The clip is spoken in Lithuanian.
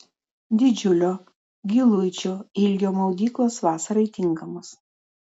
didžiulio giluičio ilgio maudyklos vasarai tinkamos